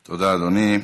תודה, אדוני.